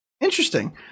Interesting